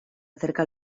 acerca